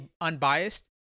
unbiased